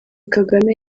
kagame